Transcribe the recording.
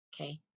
Okay